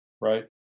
right